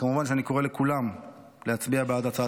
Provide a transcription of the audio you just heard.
וכמובן שאני קורא לכולם להצביע בעד הצעת